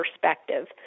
perspective